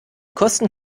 kosten